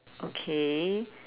okay